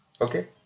okay